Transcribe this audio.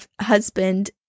husband